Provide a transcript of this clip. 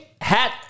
hat